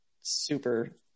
super